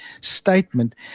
statement